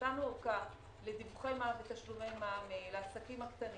נתנו אורכה לדיווחי מע"מ ותשלומי מע"מ לעסקים הקטנים.